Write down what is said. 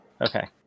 Okay